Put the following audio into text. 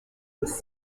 was